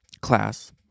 class